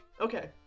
Okay